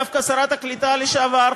דווקא שרת הקליטה לשעבר,